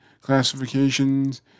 classifications